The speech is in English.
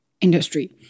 industry